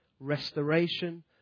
Restoration